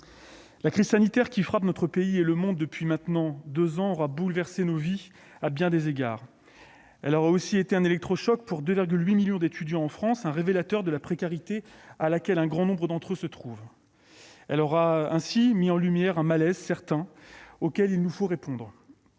la crise sanitaire qui frappe notre pays et le monde depuis maintenant deux ans aura bouleversé nos vies à bien des égards. Elle aura aussi été un électrochoc pour les 2,8 millions d'étudiants en France, un révélateur de la précarité dans laquelle un grand nombre d'entre eux se trouvent. Elle aura ainsi mis en lumière un malaise certain auquel il nous faut répondre.